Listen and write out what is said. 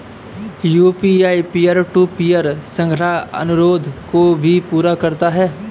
UPI peer to peer संग्रह अनुरोध को भी पूरा करता है